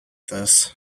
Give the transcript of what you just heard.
this